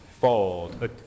fold